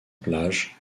plage